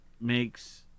makes